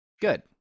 Good